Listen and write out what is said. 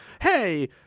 hey